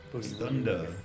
thunder